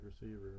receiver